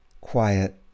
quiet